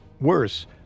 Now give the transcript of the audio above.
Worse